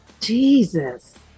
Jesus